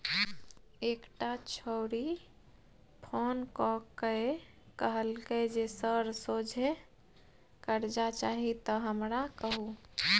एकटा छौड़ी फोन क कए कहलकै जे सर सोझे करजा चाही त हमरा कहु